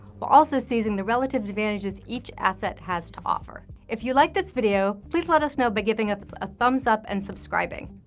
while also seizing the relative advantages each asset has to offer. if you liked this video, please let us know by giving us a thumbs up and subscribing.